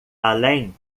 além